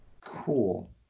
Cool